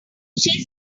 said